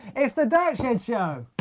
it's the dirt shed show.